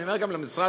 ואני אומר גם למשרד,